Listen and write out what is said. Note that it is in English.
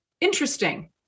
Interesting